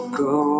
go